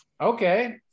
Okay